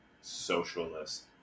socialist